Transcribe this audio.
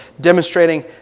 demonstrating